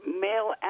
male